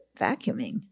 vacuuming